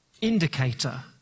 indicator